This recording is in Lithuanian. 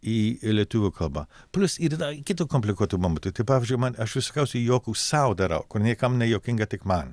į lietuvių kalbą plius įdeda kitų komplikuotų momentų tai pavyzdžiui man aš visokiausių juokų sau darau kur niekam nejuokinga tik man